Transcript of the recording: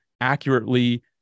accurately